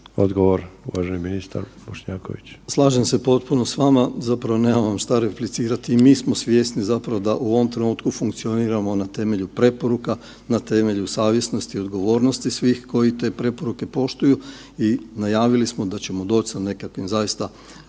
Dražen (HDZ)** Slažem se potpuno s vama, zapravo nemam vam šta replicirati. I mi smo svjesni da u ovom trenutku funkcioniramo na temelju preporuka, na temelju savjesnosti, odgovornosti svih koji te preporuke poštuju i najavili smo da ćemo doć sa nekakvim posebno